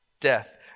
death